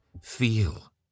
feel